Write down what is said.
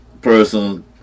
person